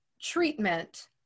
treatment